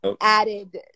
added